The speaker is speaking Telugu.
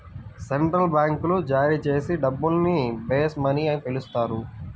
సెంట్రల్ బ్యాంకులు జారీ చేసే డబ్బుల్ని బేస్ మనీ అని పిలుస్తారు